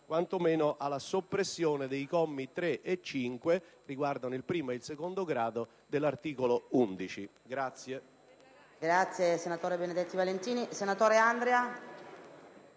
quantomeno sulla soppressione dei commi 3 e 5, che riguardano il primo e il secondo grado, dell'articolo 11.